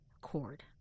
cord